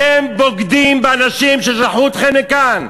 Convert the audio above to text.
אתם בוגדים באנשים ששלחו אתכם לכאן.